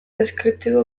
deskriptibo